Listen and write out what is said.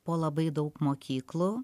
po labai daug mokyklų